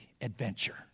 adventure